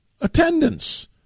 attendance